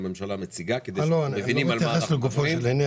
הנוהל הוא שקודם הממשלה מציגה כדי שנבין על מה אנחנו מדברים.